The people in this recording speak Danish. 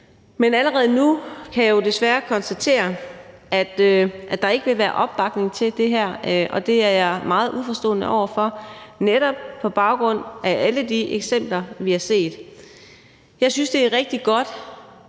Men allerede nu kan jeg jo desværre konstatere, at der ikke vil være opbakning til det her, og det er jeg meget uforstående over for, netop på baggrund af alle de eksempler, vi har set. Jeg synes, det er rigtig godt,